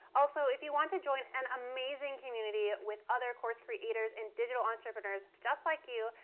also, if you want to join an amazing community with other course creators and digital entrepreneurs just like you,